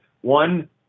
One